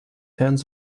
hand